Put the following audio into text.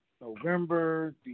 November